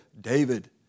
David